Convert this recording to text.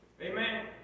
Amen